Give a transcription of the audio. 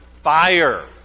fire